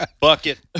bucket